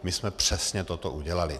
My jsme přesně toto udělali.